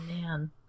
man